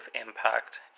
impact